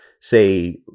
say